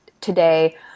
today